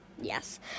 yes